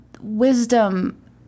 wisdom